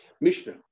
Mishnah